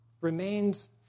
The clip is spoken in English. remains